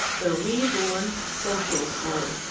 the re-born social soul.